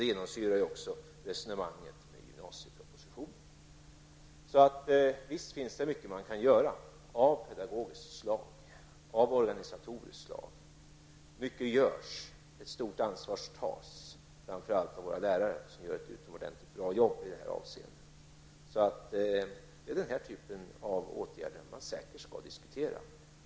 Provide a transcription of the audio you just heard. Det genomsyrar ju också resonemanget när det gäller gymnasiepropositionen. Visst finns det mycket man kan göra pedagogiskt och organisatoriskt. Mycket görs också, och ett stort ansvar tas framför allt av våra lärare. De gör ett utomordentligt bra arbete i det här avseendet. Det är säkert den här typen av åtgärder man skall diskutera.